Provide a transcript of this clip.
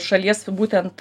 šalies būtent